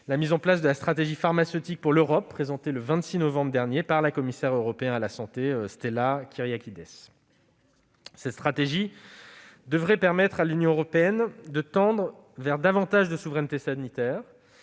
la mise en place de la stratégie pharmaceutique pour l'Europe, présentée le 26 novembre dernier, par la commissaire européenne à la santé Stella Kyriakides. Cette stratégie devrait permettre à l'Union européenne de tendre vers davantage de souveraineté sanitaire